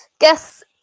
Guess